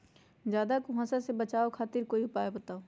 ज्यादा कुहासा से बचाव खातिर कोई उपाय बताऊ?